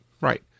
right